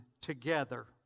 together